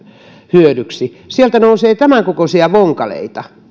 hyödyksi sieltä nousee tämän kokoisia vonkaleita